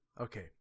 Okay